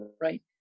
right